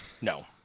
no